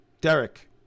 Derek